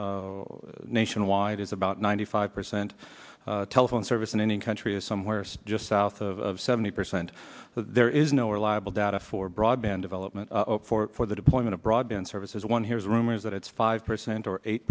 telephony nationwide is about ninety five percent telephone service in any country is somewhere just south of seventy percent so there is no reliable data for broadband development for the deployment of broadband services one hears rumors that it's five percent or eight